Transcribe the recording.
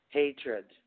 hatred